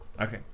okay